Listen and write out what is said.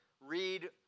read